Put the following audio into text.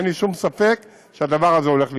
ואין לי שום ספק שהדבר הזה הולך לקרות.